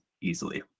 easily